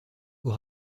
aux